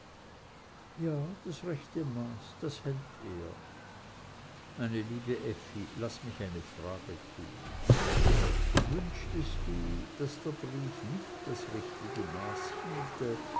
ja das rechte maß das hält er meine liebe effi laß mich eine frage tun wünschtest du daß der brief nicht das richtige maß hielte